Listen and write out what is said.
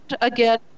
again